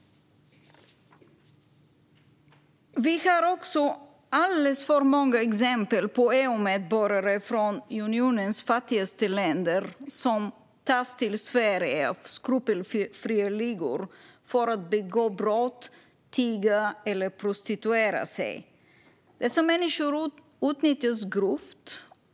Vi har alldeles för många exempel på EU-medborgare från unionens fattigaste länder som tas till Sverige av skrupelfria ligor för att begå brott, tigga eller prostituera sig. Dessa människor utnyttjas grovt.